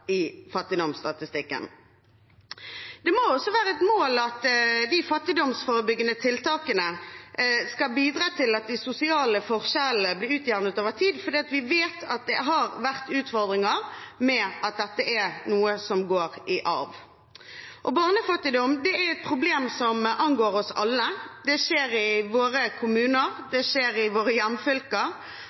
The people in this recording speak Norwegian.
i fattigdomsstatistikken. Det må være et mål at de fattigdomsforebyggende tiltakene skal bidra til at de sosiale forskjellene blir utjevnet over tid, for vi vet at det har vært utfordringer med at dette går i arv. Barnefattigdom er et problem som angår oss alle. Det skjer i våre kommuner, det skjer i våre